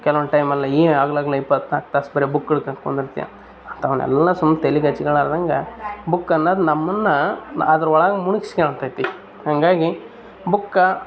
ಕೆಲವೊಂದು ಟೈಮಲ್ಲಿ ಈ ಹಗ್ಲಗ್ಲಾ ಇಪ್ಪತ್ನಾಲ್ಕು ತಾಸು ಬರೆ ಬುಕ್ ಹಿಡ್ಕೊಂಡು ಕುಂದ್ರುತ್ಯ ಅಂಥವುನೆಲ್ಲಾ ಸುಮ್ನೆ ತಲಿಗ್ ಹಚ್ಕೊಳ್ಳಾರ್ದಂಗೆ ಬುಕ್ ಅನ್ನೋದ್ ನಮ್ಮನ್ನಾ ಅದ್ರ ಒಳಗೆ ಮುಳುಗಿಸ್ಕೋಂತತಿ ಹಂಗಾಗಿ ಬುಕ್ಕ